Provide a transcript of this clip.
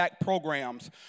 programs